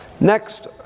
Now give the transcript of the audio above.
next